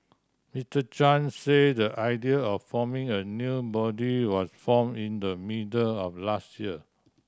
Mister Chan say the idea of forming a new body was form in the middle of last year